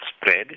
spread